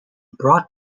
brought